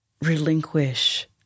relinquish